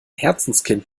herzenskind